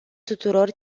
tuturor